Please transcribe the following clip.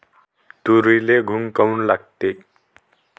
तुरीले घुंग काऊन लागते?